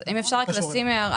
אז אם אפשר רק לשים הערה,